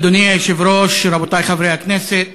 אדוני היושב-ראש, רבותי חברי הכנסת,